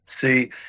see